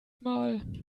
mal